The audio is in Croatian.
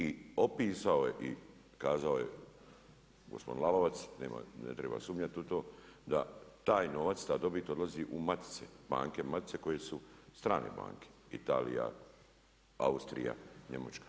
I opisao je i kazao je gospodin Lalovac, ne treba sumnjati u to, da taj novac, ta dobit odlazi u matice, banke matice koje su strane banke – Italija, Austrija, Njemačka.